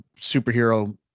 superhero